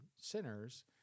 sinners